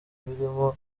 birimo